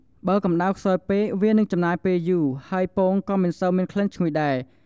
បើកម្តៅខ្សោយពេក វានឹងចំណាយពេលយូរ ហើយពងក៏មិនសូវមានក្លិនឈ្ងុយដែរ។